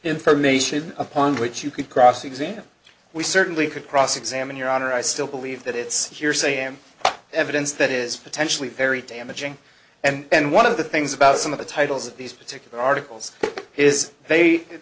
information upon which you could cross examine we certainly could cross examine your honor i still believe that it's hearsay and evidence that is potentially very damaging and one of the things about some of the titles of these particular articles is they